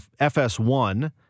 FS1